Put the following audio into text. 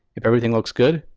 if everything looks good,